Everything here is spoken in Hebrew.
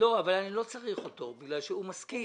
אבל אני לא צריך אותו כי הוא מסכים.